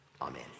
Amen